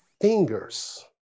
fingers